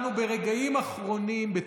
אנחנו ברגעים אחרונים, 53 מיליארד לחרדים.